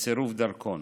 בצירוף דרכון.